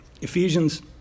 Ephesians